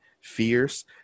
fierce